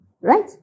right